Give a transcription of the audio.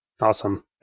Awesome